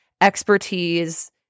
expertise